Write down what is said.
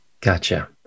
gotcha